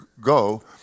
go